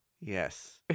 Yes